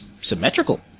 Symmetrical